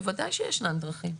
בוודאי שישנן דרכים.